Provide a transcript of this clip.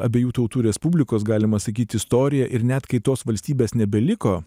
abiejų tautų respublikos galima sakyti istoriją ir net kai tos valstybės nebeliko